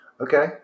Okay